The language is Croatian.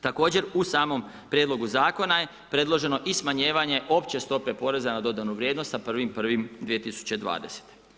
Također u samom prijedlogu zakona je predloženo i smanjevanje opće stope poreza na dodanu vrijednost sa 1.1.2020.